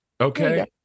okay